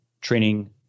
training